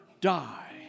die